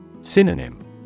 Synonym